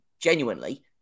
genuinely